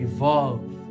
Evolve